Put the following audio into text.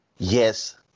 Yes